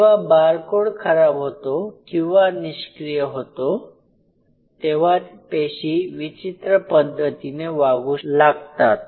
जेव्हा बारकोड खराब होतो किंवा निष्क्रिय होतो तेव्हा पेशी विचित्र पद्धतीने वागू लागतात